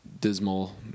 dismal